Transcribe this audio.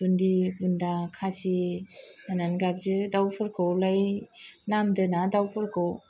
बुन्दि बुन्दा खासि होननानै गाबज्रियो दाउफोरखौलाय नाम दोना दाउफोरखौ